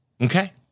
Okay